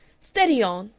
steady on!